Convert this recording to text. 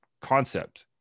concept